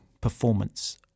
performance